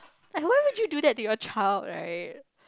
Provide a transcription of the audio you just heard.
and why would you do that to your child right